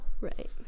right